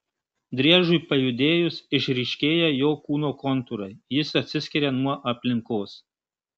driežui pajudėjus išryškėja jo kūno kontūrai jis atsiskiria nuo aplinkos